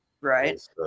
Right